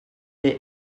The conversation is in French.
est